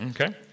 Okay